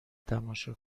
تماشا